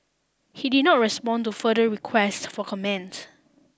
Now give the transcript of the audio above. he did not respond to further requests for comment